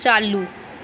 चालू